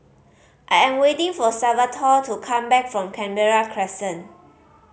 I am waiting for Salvatore to come back from Canberra Crescent